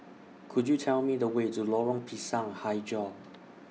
Could YOU Tell Me The Way to Lorong Pisang Hijau